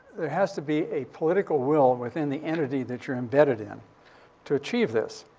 there has to be a political will within the entity that you're embedded in to achieve this.